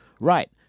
Right